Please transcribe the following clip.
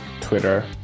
Twitter